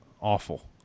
awful